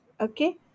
Okay